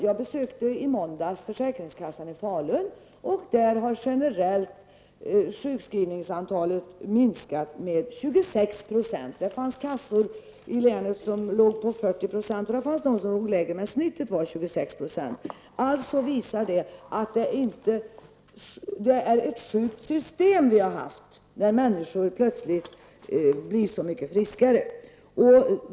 Jag besökte i måndags försäkringskassan i Falun där det generellt sjukskrivningsantalet har minskat med 26 %. Det fanns kassor där det ligger på 40 %, men genomsnittet var 24 %. Alltså visar det att vi har haft ett sjukt system när människor nu plötsligt blir friskare.